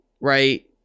right